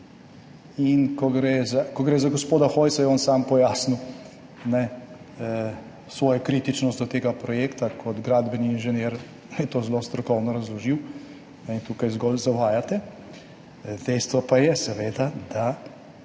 In ko gre za gospoda Hojsa, je on sam pojasnil na svojo kritičnost do tega projekta. Kot gradbeni inženir je to zelo strokovno razložil in tukaj zgolj zavajate. Dejstvo pa je, seveda, da